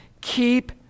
keep